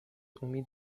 امید